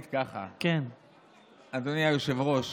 ככה: אדוני היושב-ראש,